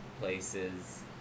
places